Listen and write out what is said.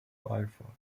firefox